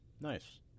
Nice